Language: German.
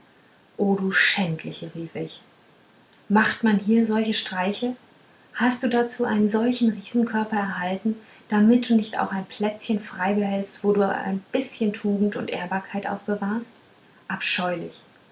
o du schändliche rief ich macht man hier solche streiche hast du dazu einen solchen riesenkörper erhalten damit du auch nicht ein plätzchen frei behältst wo du ein bißchen tugend und ehrbarkeit aufbewahrst abscheulich